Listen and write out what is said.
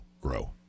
grow